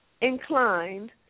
inclined